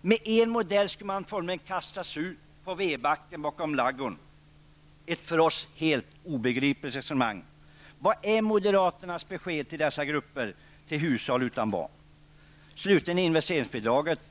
Med er modell skulle de formligen kastas ut på vedbacken bakom ladugården. Detta är ett för oss helt obegripligt resonemang. Vilket besked ger moderaterna till dessa grupper, dvs. hushåll utan barn? Slutligen till investeringsbidraget.